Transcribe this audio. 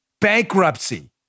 bankruptcy